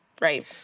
right